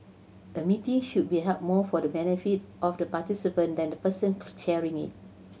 a meeting should be held more for the benefit of the participant than the person chairing it